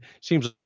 seems